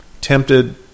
tempted